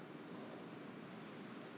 oh